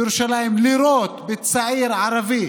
בירושלים, לירות בצעיר ערבי